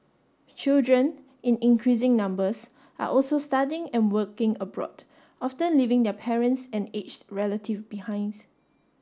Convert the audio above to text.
children in increasing numbers are also studying and working abroad often leaving their parents and aged relative behinds